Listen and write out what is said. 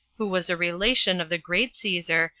who was a relation of the great caesar,